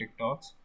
TikToks